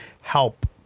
help